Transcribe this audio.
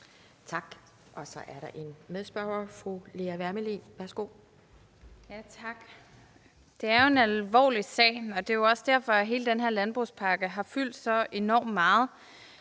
Tak. Så er der en medspørger, fru Lea Wermelin. Værsgo. Kl. 13:49 Lea Wermelin (S): Tak. Det er jo en alvorlig sag, og det er også derfor, hele den her landbrugspakke har fyldt så enormt meget.